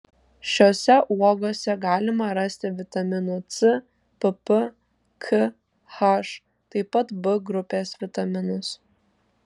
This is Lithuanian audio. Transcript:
šiose uogose galima rasti vitaminų c pp k h taip pat b grupės vitaminus